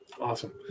Awesome